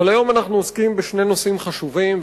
אבל היום אנחנו עוסקים בשני נושאים חשובים,